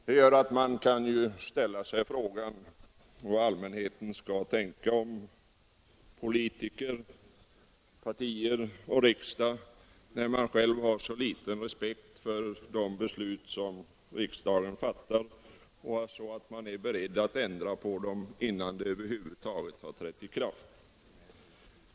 Det gör att man kan fråga sig vad allmänheten skall tänka om politiker, partier och riksdag när dessa har så liten respekt för de beslut som riksdagen fattar, att man är beredd att ändra på dem innan de över huvud taget har trätt i kraft.